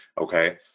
okay